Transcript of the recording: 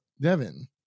Devin